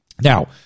Now